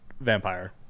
vampire